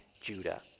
Judah